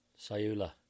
Sayula